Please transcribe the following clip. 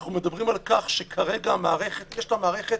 אנחנו מדברים על כך שכרגע יש למערכת